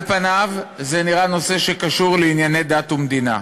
על פניו, זה נראה נושא שקשור לענייני דת ומדינה.